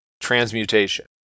Transmutation